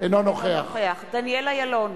אינו נוכח דניאל אילון,